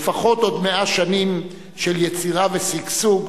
לפחות עוד 100 שנים של יצירה ושגשוג,